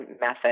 method